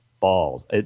Balls